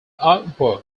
artwork